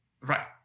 Right